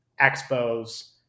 Expos